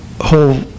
whole